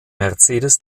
mercedes